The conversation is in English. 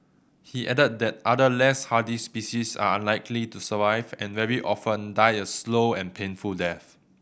he added that other less hardy species are unlikely to survive and very often die a slow and painful death